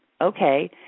Okay